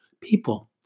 people